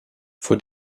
vor